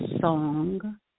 song